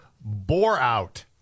bore-out